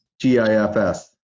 G-I-F-S